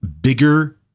bigger